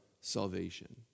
salvation